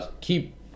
keep